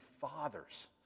fathers